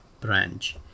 branch